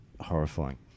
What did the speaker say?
horrifying